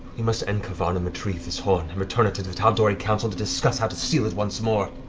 we must end k'varn and retrieve this horn and return it to the tal'dorei council to discuss how to seal it once more,